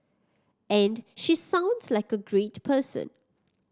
and she sounds like a great person